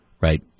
right